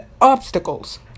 obstacles